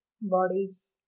Bodies